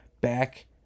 back